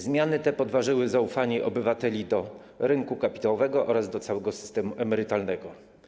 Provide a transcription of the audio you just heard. Zmiany te podważyły zaufanie obywateli do rynku kapitałowego oraz do całego systemu emerytalnego.